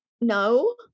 no